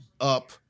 up